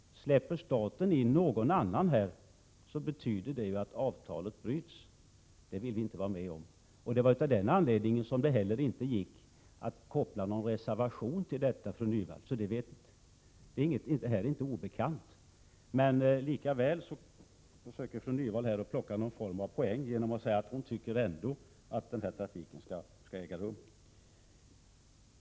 Släpper staten in någon annan part, betyder det att avtalet bryts. Det vill vi inte vara med om. Av den anledningen gick det inte heller att koppla någon reservation till betänkandet, fru Hasselström Nyvall. Detta är inte obekant, men likväl försöker fru Hasselström Nyvall att plocka någon form av poäng genom att säga att hon ändå tycker att denna trafik skall äga rum.